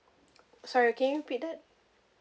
sorry can you repeat that